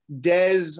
des